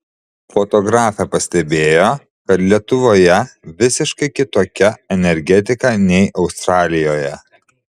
fotografė pastebėjo kad lietuvoje visiškai kitokia energetika nei australijoje